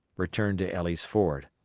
returned to elley's ford.